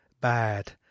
bad